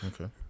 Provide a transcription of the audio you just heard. Okay